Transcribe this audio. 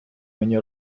мені